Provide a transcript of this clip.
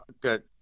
Good